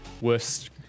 Worst